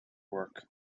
work